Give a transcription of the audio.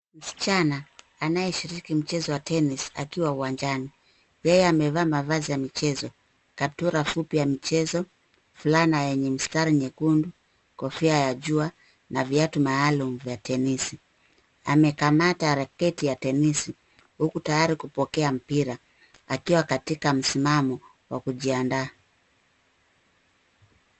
Msichana anayeshiriki mchezo wa tennis akiwa uwanjani. Yeye amevaa mavazi ya michezo. Kaptura fupi ya michezo, fulana yenye mistari nyekundu, kofia ya jua na viatu maalum vya tenisi. Amekamata raketi ya tenisi, huku tayari kupokea mpira, akiwa katika msimamo wa kujiandaa.